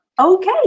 okay